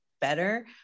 better